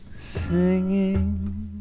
singing